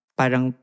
parang